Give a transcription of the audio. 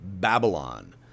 Babylon